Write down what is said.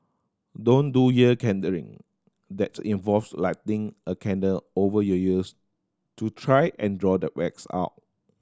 don't do ear that's involves lighting a candle over your ears to try and draw the wax out